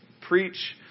preach